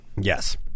Yes